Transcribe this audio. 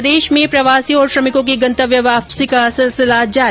प्रदेश मे प्रवासियों और श्रमिकों के गंतव्य वापसी का सिलसिला जारी